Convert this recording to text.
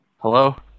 Hello